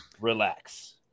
Relax